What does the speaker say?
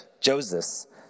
Joseph